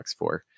X4